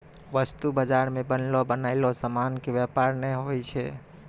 वस्तु बजारो मे बनलो बनयलो समानो के व्यापार नै होय छै